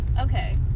Okay